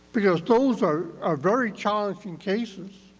because those are ah very challenging cases,